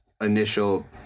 initial